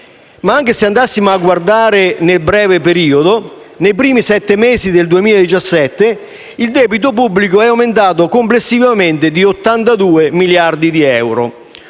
Anche se andassimo a guardare il breve periodo, nei primi sette mesi del 2017, il debito pubblico è aumentato complessivamente di 82 miliardi di euro.